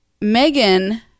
Megan